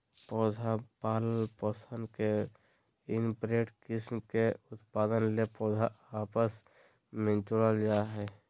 पौधा पालन पोषण में इनब्रेड किस्म का उत्पादन ले पौधा आपस मे जोड़ल जा हइ